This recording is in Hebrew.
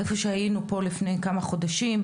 איפה שהיינו פה לפני כמה חודשים,